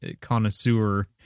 connoisseur